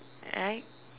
right